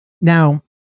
Now